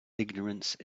ignorance